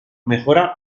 mejora